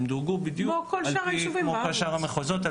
הם דורגו בדיוק כמו כל שאר המחוזות,